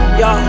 yo